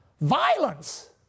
Violence